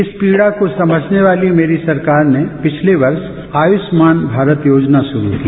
इस पीडा को समझने वाली मेरी सरकार ने पिछले वर्ष आयुष्मान भारत योजना शुरू की